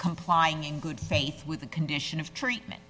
complying in good faith with the condition of treatment